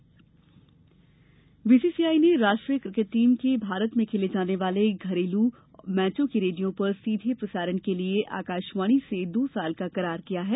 BCCI Akashvani BCCI ने राष्ट्रीय cricket team के भारत में खेले जाने वाले और घरेलू मैचों के रेडियो पर सीधे प्रसारण के लिए आकाशवाणी से दो साल का करार किया है